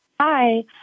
Hi